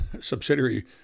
subsidiary